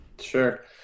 sure